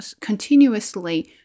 continuously